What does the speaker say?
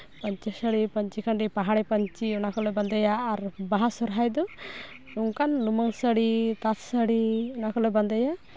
ᱯᱟᱹᱧᱪᱤ ᱥᱟᱹᱲᱤ ᱯᱟᱹᱧᱪᱤ ᱠᱷᱟᱹᱰᱤ ᱯᱟᱦᱟᱲᱤ ᱯᱟᱹᱧᱪᱤ ᱚᱱᱟ ᱠᱚᱞᱮ ᱵᱟᱸᱫᱮᱭᱟ ᱟᱨ ᱵᱟᱦᱟ ᱥᱚᱦᱨᱟᱭ ᱨᱮᱫᱚ ᱚᱱᱠᱟᱱ ᱞᱩᱢᱟᱹᱝ ᱥᱟᱹᱲᱤ ᱛᱟᱸᱛ ᱥᱟᱹᱲᱤ ᱚᱱᱟᱠᱚᱞᱮ ᱵᱟᱸᱫᱮᱭᱟ